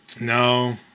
No